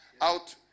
out